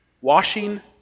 Washing